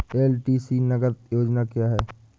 LTC नगद योजना क्या है?